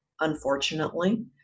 Unfortunately